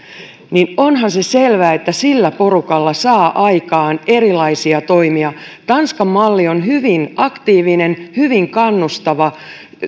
määrä onhan se selvää että sillä porukalla saa aikaan erilaisia toimia tanskan malli on hyvin aktiivinen hyvin kannustava